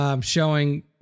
Showing